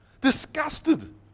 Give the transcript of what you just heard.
disgusted